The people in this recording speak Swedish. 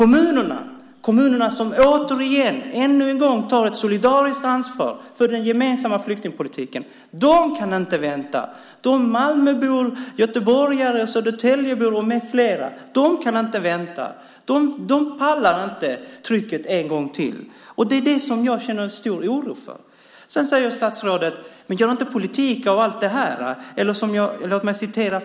Men kommunerna, som ännu en gång tar ett solidariskt ansvar för den gemensamma flyktingpolitiken, kan inte vänta. Malmöborna, göteborgarna, Södertäljeborna med flera kan inte vänta. De pallar inte trycket en gång till. Det känner jag en stor oro för. Sedan säger statsrådet att vi inte ska göra politik av allt detta.